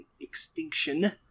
extinction